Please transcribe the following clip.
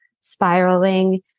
spiraling